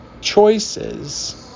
choices